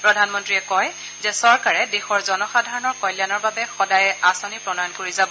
প্ৰধানমন্ত্ৰীয়ে কয় যে চৰকাৰে দেশৰ জনসাধাৰণৰ কল্যাণৰ বাবে সদায়ে আঁচনি প্ৰণয়ন কৰি যাব